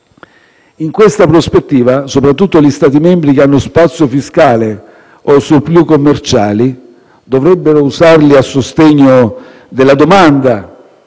In questa prospettiva, soprattutto gli Stati membri che hanno spazio fiscale o *surplus* commerciali dovrebbero usarli a sostegno della domanda